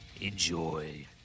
Enjoy